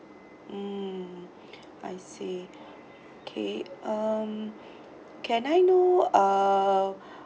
mm I see okay um can I know uh